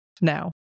now